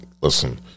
listen